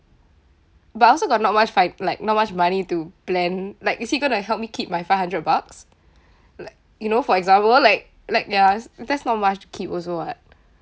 but I also got not much fi~ like not much money to plan like is he gonna help me keep my five hundred bucks like you know for example like like ya there's not much to keep also [what]